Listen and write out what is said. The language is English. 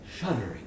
shuddering